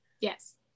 Yes